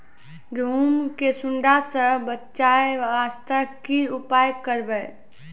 गहूम के सुंडा से बचाई वास्ते की उपाय करबै?